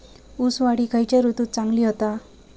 ऊस वाढ ही खयच्या ऋतूत चांगली होता?